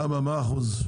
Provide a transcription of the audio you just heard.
איזה אחוז?